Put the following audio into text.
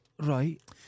Right